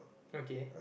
okay